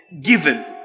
given